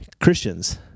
Christians